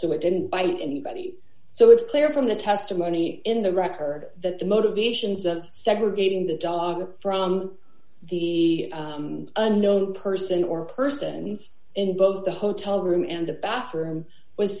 so it didn't bite anybody so it's clear from the testimony in the record that the motivations of segregating the dog from the unknown person or persons in both the hotel room and the bathroom was